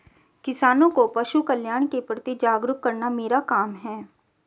किसानों को पशुकल्याण के प्रति जागरूक करना मेरा काम है